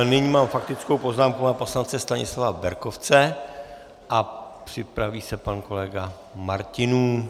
Nyní mám faktickou poznámku pana poslance Stanislava Berkovce a připraví se pan kolega Martinů.